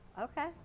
Okay